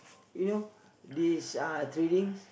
you know these uh tradings